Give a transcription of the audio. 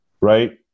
right